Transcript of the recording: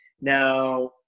Now